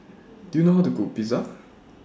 Do YOU know How to Cook Pizza